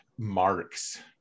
marks